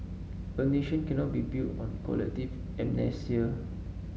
a nation cannot be built on collective amnesia